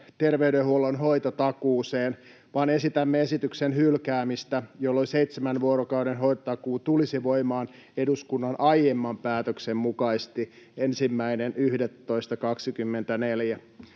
terveydenhuollon hoitotakuuseen, vaan esitämme esityksen hylkäämistä, jolloin seitsemän vuorokauden hoitotakuu tulisi voimaan eduskunnan aiemman päätöksen mukaisesti 1.11.2024.